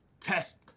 test